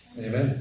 Amen